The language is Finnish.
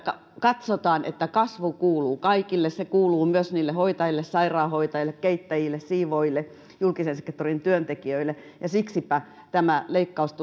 katsotaan että kasvu kuuluu kaikille se kuuluu myös niille hoitajille sairaanhoitajille keittäjille siivoojille ja julkisen sektorin työntekijöille ja siksipä tämä leikkaus